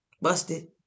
Busted